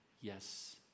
yes